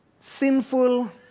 sinful